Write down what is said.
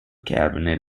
cabinet